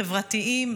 חברתיים,